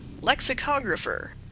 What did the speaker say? Lexicographer